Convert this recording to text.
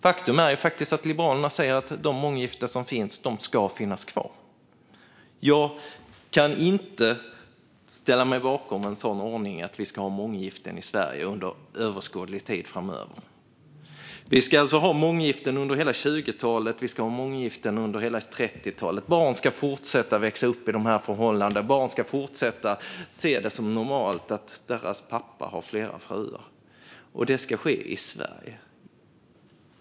Faktum är att Liberalerna säger att de månggiften som finns ska finnas kvar. Jag kan inte ställa mig bakom en ordning som innebär att vi ska ha månggiften i Sverige under överskådlig tid framöver. Vi ska alltså ha månggiften under hela 2020-talet och 2030-talet. Barn ska fortsätta att växa upp under de här förhållandena, barn ska fortsätta att se det som normalt att deras pappa har flera fruar. Det ska ske i Sverige.